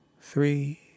three